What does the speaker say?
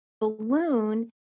balloon